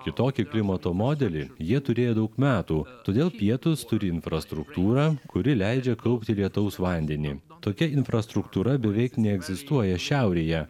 kitokį klimato modelį jie turėjo daug metų todėl pietūs turi infrastruktūrą kuri leidžia kaupti lietaus vandenį tokia infrastruktūra beveik neegzistuoja šiaurėje